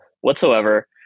whatsoever